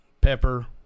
pepper